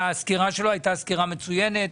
והסקירה שלו הייתה סקירה מצוינת,